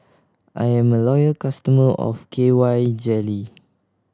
I am a loyal customer of K Y Jelly